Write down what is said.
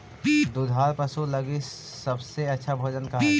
दुधार पशु लगीं सबसे अच्छा भोजन का हई?